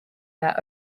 their